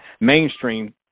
mainstream